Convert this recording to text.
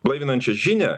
blaivinančia žinią